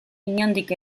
inondik